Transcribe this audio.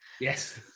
Yes